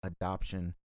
adoption